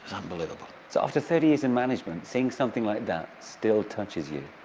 unbelievable so, after thirty years in management, seeing something like that still touches you?